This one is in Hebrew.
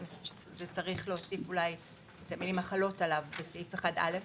אני חושבת שצריך להוסיף אולי את המילים "החלות עליו" בסעיף 1א רבתי.